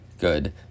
good